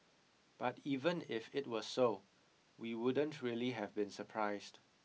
but even if it were so we wouldn't really have been surprised